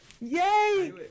Yay